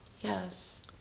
Yes